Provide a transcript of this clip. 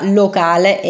locale